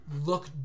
look